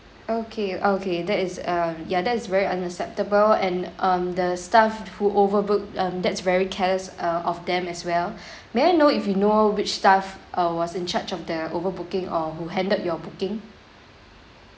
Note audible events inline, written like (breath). okay okay that is um ya that is very unacceptable and um the staff who overbooked um that's very careless uh of them as well (breath) may I know if you know which staff uh was in charge of the overbooking or who handled your booking